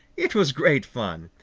it was great fun.